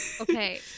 Okay